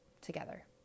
together